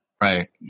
Right